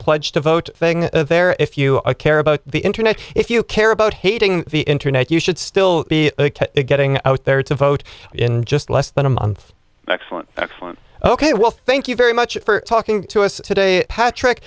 pledge to vote thing there if you care about the internet if you care about hating the internet you should still be getting out there to vote in just less than a month excellent excellent ok well thank you very much for talking to us today patrick